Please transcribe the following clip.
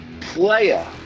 player